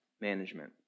management